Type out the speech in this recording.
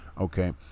okay